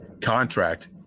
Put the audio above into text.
contract